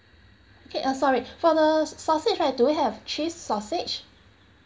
okay uh sorry for the sausage right do we have cheese sausage